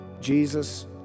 Jesus